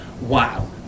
wow